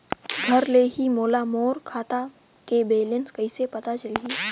घर ले ही मोला मोर खाता के बैलेंस कइसे पता चलही?